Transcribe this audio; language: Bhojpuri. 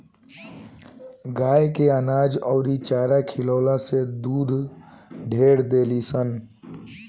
गाय के अनाज अउरी चारा खियावे से दूध ढेर देलीसन